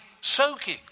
soaking